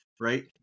right